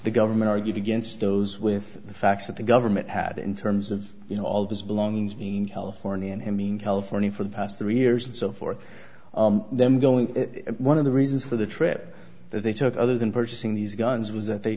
the government argued against those with the facts that the government had in terms of you know all of his belongings in california and him in california for the past three years and so for them going to one of the reasons for the trip that they took other than purchasing these guns was that they